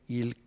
il